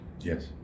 yes